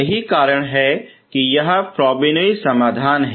यही कारण है कि यह फ़्रोबेनिउस समाधान है